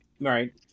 Right